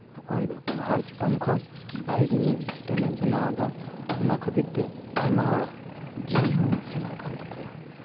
ᱚᱠᱚᱭ ᱫᱚ ᱯᱟᱦᱟᱲ ᱪᱮᱛᱟᱱ ᱠᱷᱚᱱ ᱵᱟᱭᱤᱠ ᱱᱤᱭᱮ ᱥᱴᱮᱢ ᱮ ᱵᱮᱱᱟᱣᱫᱟ ᱚᱱᱟ ᱠᱷᱟᱹᱛᱤᱨ ᱛᱮ ᱟᱭᱢᱟ ᱦᱚᱲᱟᱜ ᱡᱤᱣᱤ ᱦᱚᱸ ᱥᱮᱱᱚᱜ ᱠᱟᱱ ᱛᱟᱠᱚᱣᱟ